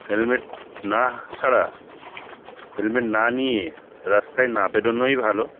helmet না ছাড়া helmet না নিয়ে রাস্তায় না বেরোনোই ভালো